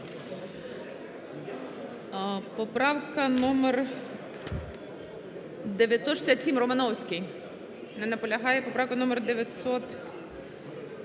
Поправка номер 967,